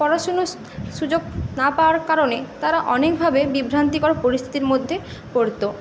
পড়াশুনোর সুযোগ না পাওয়ার কারণে তারা অনেকভাবে বিভ্রান্তিকর পরিস্থিতির মধ্যে পড়তো